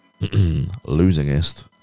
losingest